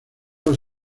las